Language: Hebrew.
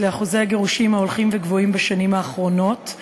לאחוזי הגירושין ההולכים ועולים בשנים האחרונות.